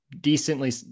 decently